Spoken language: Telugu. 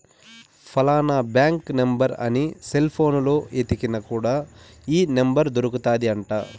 ఫలానా బ్యాంక్ నెంబర్ అని సెల్ పోనులో ఎతికిన కూడా ఈ నెంబర్ దొరుకుతాది అంట